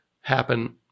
happen